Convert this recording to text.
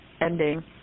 ending